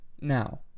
now